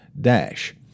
Dash